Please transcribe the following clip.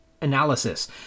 analysis